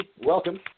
welcome